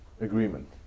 agreement